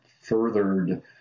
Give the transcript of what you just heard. furthered